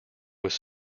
was